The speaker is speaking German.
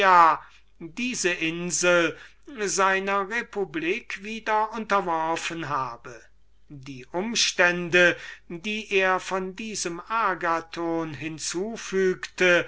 diese insel seiner republik wieder unterworfen habe die umstände die er von diesem agathon hinzu